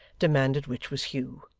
demanded which was hugh.